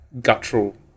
guttural